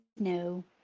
No